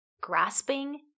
grasping